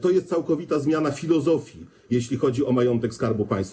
To jest całkowita zmiana filozofii, jeśli chodzi o majątek Skarbu Państwa.